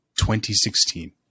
2016